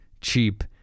cheap